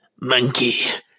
Monkey